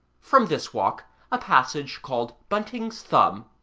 from this walk a passage called bunting's thumb,